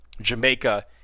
Jamaica